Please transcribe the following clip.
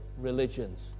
religions